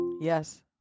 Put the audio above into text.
Yes